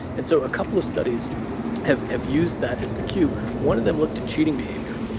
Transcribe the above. and so a couple of studies have have used that as the cue. one of them looked at cheating behavior.